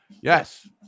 Yes